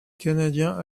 canadien